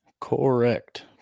correct